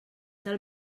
del